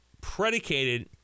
predicated